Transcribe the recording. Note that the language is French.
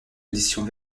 éditions